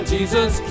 Jesus